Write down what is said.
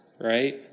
right